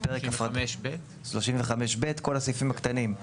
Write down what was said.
כל הסעיפים הקטנים.